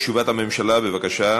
תשובת הממשלה, בבקשה.